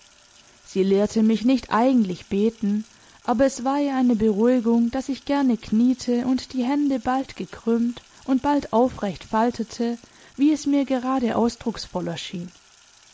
sie lehrte mich nicht eigentlich beten aber es war ihr eine beruhigung daß ich gerne kniete und die hände bald gekrümmt und bald aufrecht faltete wie es mir gerade ausdrucksvoller schien